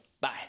Bye